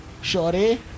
Shorty